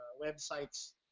websites